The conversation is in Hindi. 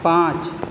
पांच